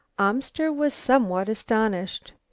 amster was somewhat astonished.